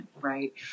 right